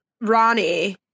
ronnie